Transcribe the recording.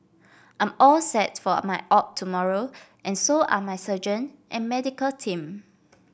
I'm all set for my op tomorrow and so are my surgeon and medical team